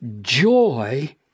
Joy